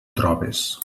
trobes